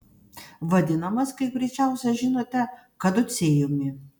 vadinamas kaip greičiausiai žinote kaducėjumi